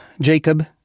Jacob